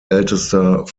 ältester